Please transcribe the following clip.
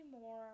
more